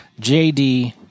jd